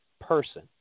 person